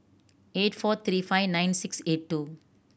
eight four three five nine six eight two